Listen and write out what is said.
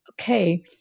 Okay